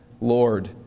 Lord